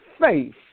faith